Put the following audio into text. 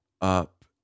up